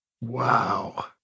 Wow